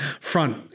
front